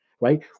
right